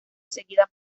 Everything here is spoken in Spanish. seguida